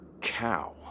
cow